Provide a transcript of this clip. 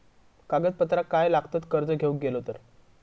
कागदपत्रा काय लागतत कर्ज घेऊक गेलो तर?